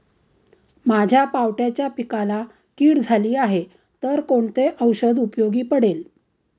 माझ्या पावट्याच्या पिकाला कीड झाली आहे तर कोणते औषध उपयोगी पडेल?